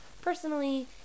personally